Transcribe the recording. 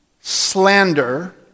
slander